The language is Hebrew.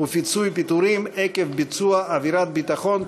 ופיצויי פיטורים עקב ביצוע עבירת ביטחון),